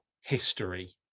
history